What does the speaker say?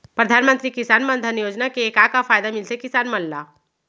परधानमंतरी किसान मन धन योजना के का का फायदा मिलथे किसान मन ला?